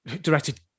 directed